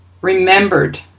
remembered